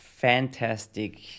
Fantastic